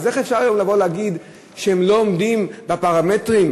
אז איך אפשר להגיד שהם לא עומדים בפרמטרים?